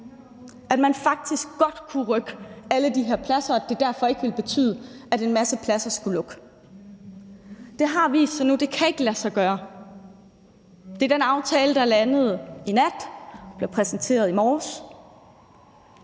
at man faktisk godt kunne rykke alle de her pladser, og at det derfor ikke ville betyde, at en masse pladser skulle lukke. Det har vist sig nu, at det ikke kan lade sig gøre i forhold til den aftale, der landede i nat, og som blev præsenteret i morges.